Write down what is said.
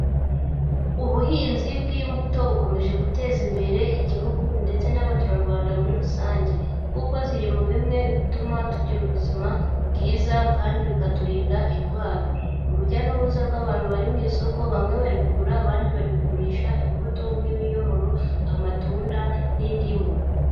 Ubuhinzi bw'imbuto bukomeje guteza imbere igihugu ndetse n'abaturarwanda muri rusange, kuko ziri mu bimwe bituma tugira ubuzima bwiza, kandi bikaturinda indwara. Urujya n'uruza rw'abantu bari mu isoko, bamwe bari kugura abandi bari kugurisha imbuto nk'ibinyomoro, amatunda n'indimu.